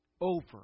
over